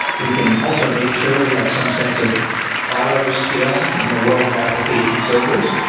we can also make sure we have some sense of auto scaling in the world of application servers.